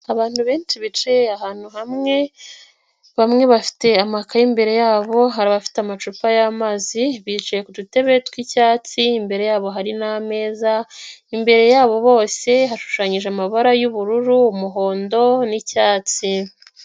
Abantu benshi bicaye ahantu hamwe, bamwe bafite amakaye imbere yabo hari abafite amacupa y'amazi bicaye ku dutebe twi'icyatsi, imbere yabo hari n'ameza, imbere yabo bose hashushanyije amabara yu'ubururu, umuhondo, nicyatsi.